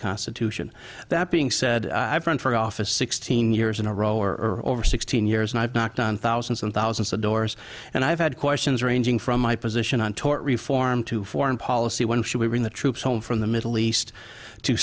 constitution that being said i've run for office sixteen years in a row or over sixteen years and i've knocked on thousands and thousands of doors and i've had questions ranging from my position on tort reform to foreign policy when should we bring the troops home from the middle east to